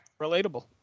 Relatable